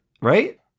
Right